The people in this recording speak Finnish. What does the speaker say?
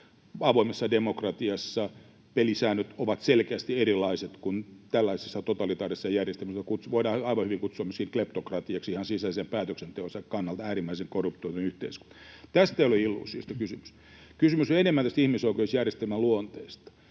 avoimessa demokratiassa, pelisäännöt ovat selkeästi erilaiset kuin tällaisessa totalitaarisessa järjestelmässä, jota voidaan aivan hyvin kutsua myöskin kleptokratiaksi ihan sisäisen päätöksentekonsa kannalta — äärimmäisen korruptoitunut yhteiskunta. Tästä ei ole illuusiota. Kysymys on enemmän tästä ihmisoikeusjärjestelmän luonteesta.